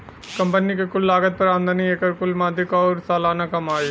company के कुल लागत पर आमदनी, एकर कुल मदिक आउर सालाना कमाई